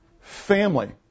family